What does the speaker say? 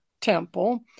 temple